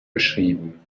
beschrieben